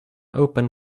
open